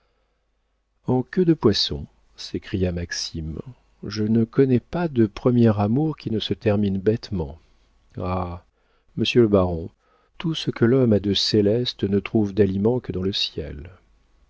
en queue de poisson s'écria maxime je ne connais pas de premier amour qui ne se termine bêtement ah monsieur le baron tout ce que l'homme a de céleste ne trouve d'aliment que dans le ciel